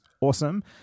awesome